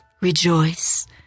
rejoice